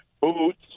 boots